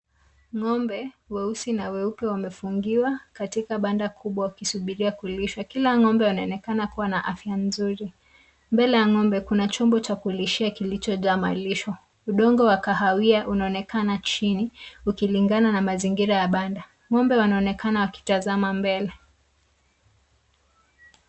Ng'ombe weusi na weupe wamefungiwa katika banda kubwa wakisubiria kulishwa. Kila ng'ombe anaonekana kuwa na afya nzuri. Mbele ya ng'ombe kuna chombo cha kulishia kilichojaa malisho. Udongo wa kahawia unaonekana chini ukilingana na mazingira ya banda.Ng'ombe wanaonekana wakitazama mbele.